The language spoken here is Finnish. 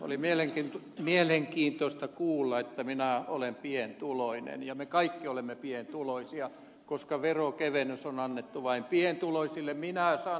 oli mielenkiintoista kuulla että minä olen pienituloinen ja me kaikki olemme pienituloisia koska veronkevennys on annettu vain pienituloisille